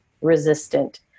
resistant